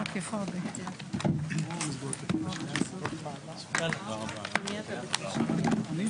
הישיבה ננעלה בשעה 13:54.